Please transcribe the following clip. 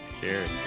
Cheers